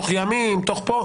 תוך ימים וכולי.